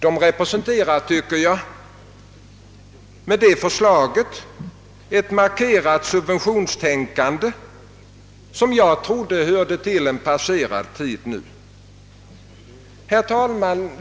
De ger, tycker jag, med detta förslag uttryck för ett markerat subventionstänkande som jag trodde hörde till en passerad tid. Herr talman!